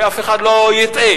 שאף אחד לא יטעה,